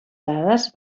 dades